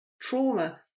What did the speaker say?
Trauma